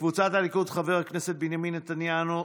קבוצת סיעת הליכוד: חברי הכנסת בנימין נתניהו,